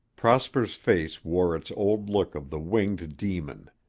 prosper's face wore its old look of the winged demon.